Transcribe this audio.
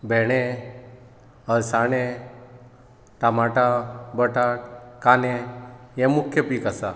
भेंडे अळसाणे टमाटा बटाट काने हे मुख्य पीक आसा